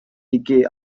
decay